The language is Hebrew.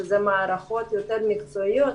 שזה מערכות יותר מקצועיות.